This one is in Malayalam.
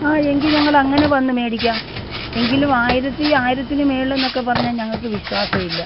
ആ എങ്കിൽ ഞങ്ങളങ്ങനെ വന്ന് മേടിക്കാം എങ്കിലും ആയിരത്തി ആയിരത്തിന് മേളിന്നൊക്കെ പറഞ്ഞാൽ ഞങ്ങൾക്ക് വിശ്വാസം ഇല്ല